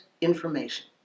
information